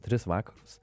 tris vakarus